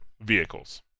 vehicles